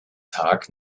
tag